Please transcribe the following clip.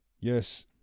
yes